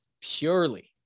purely